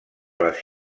les